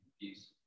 peace